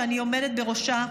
שאני עומדת בראשה,